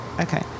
Okay